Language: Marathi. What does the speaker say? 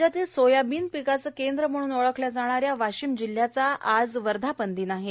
राज्यातील सोयाबीन पिकाचे केंद्र म्हणून ओळखल्या जाणाऱ्या वाशिम जिल्ह्याचा आज वर्धापन दिन आहे